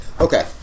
Okay